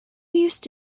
used